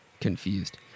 confused